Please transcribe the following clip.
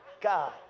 God